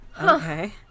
Okay